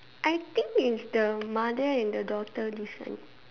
I think it's the mother and the daughter different